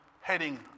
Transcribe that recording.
heading